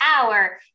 power